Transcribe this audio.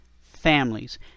families